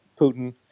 Putin